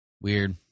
Weird